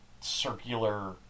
circular